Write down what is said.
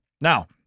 Now-